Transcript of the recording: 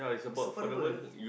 it's affordable